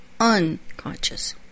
unconscious